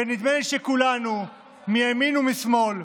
ונדמה לי שכולנו, מימין ומשמאל,